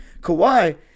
Kawhi